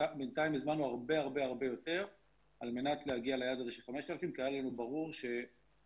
הזמנו הרבה הרבה יותר על מנת להגיע ליעד של 5,000 כי היה לנו ברור שהשוק